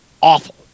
awful